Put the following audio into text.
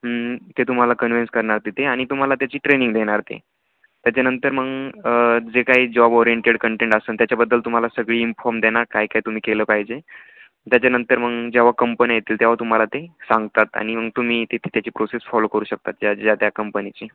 ते तुम्हाला कन्विन्स करणार तिथे आनि तुम्हाला त्याची ट्रेनिंग देणार ते त्याच्यानंतर मग जे काही जॉब ओरिंटेड कंटेंट असेल त्याच्याबद्दल तुम्हाला सगळी इन्फॉर्म देणार काय काय तुम्ही केलं पाहिजे त्याच्यानंतर मग जेव्हा कंपनी येतील तेव्हा तुम्हाला ते सांगतात आणि मग तुम्ही तिथे त्याची प्रोसेस फॉलो करू शकता ज्या ज्या त्या कंपनीची